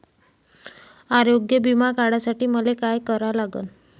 आरोग्य बिमा काढासाठी मले काय करा लागन?